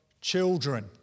children